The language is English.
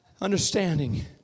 understanding